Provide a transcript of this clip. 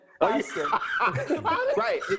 Right